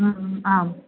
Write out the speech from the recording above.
आम्